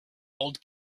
old